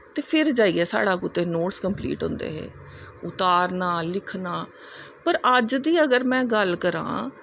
ते फिर जाईयै साढ़े कुतै नोटस कंपलीट होंदे हे उतारनां लिखनां पर अज्ज दी अगर में गल्ल करां